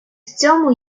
цьому